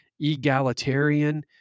egalitarian